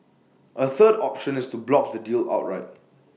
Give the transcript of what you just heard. A third option is to block the deal outright